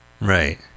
right